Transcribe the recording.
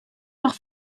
noch